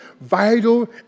vital